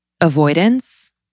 avoidance